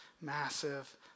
massive